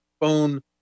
phone